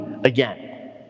again